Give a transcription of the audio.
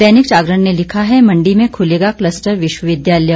दैनिक जागरण ने लिखा है मंडी में खुलेगा कलस्टर विश्वविद्यालय